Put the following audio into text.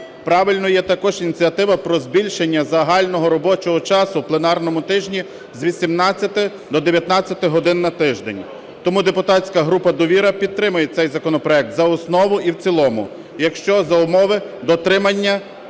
Правильною є також ініціатива про збільшення загального робочого часу в пленарному тижні з 18-ти до 19-ти годин на тиждень. Тому депутатська група "Довіра" підтримує цей законопроект за основу і в цілому, якщо за умови дотримання частини